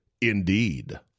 Indeed